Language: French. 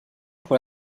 pour